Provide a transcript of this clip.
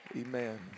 Amen